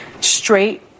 straight